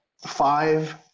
five